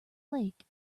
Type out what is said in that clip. lake